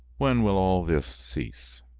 when will all this cease?